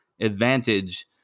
advantage